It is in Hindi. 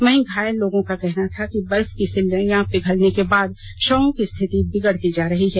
वहीं घायल लोगों का कहना था कि बर्फ की सिल्लियां पिघलने के बाद शव की स्थिति बिगड़ती जा रही है